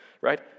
right